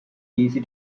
easy